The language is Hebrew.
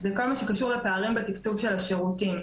כל מה שקשור לפערים בתקצוב של השירותים.